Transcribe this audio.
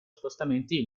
spostamenti